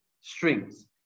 strings